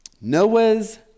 Noah's